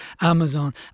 Amazon